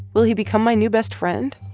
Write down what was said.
will he become my new best friend?